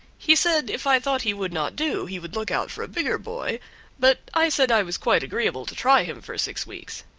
he said if i thought he would not do he would look out for a bigger boy but i said i was quite agreeable to try him for six weeks.